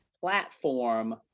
platform